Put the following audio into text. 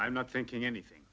i'm not thinking anything